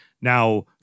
now